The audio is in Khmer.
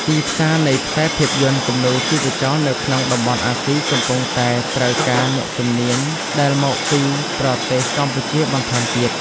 ទីផ្សារនៃខ្សែភាពយន្តគំនូរជីវចលនៅក្នុងតំបន់អាស៊ីកំពុងតែត្រូវការអ្នកជំនាញដែលមកពីប្រទេសកម្ពុជាបន្ថែមទៀត។